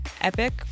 epic